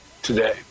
today